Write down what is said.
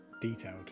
Detailed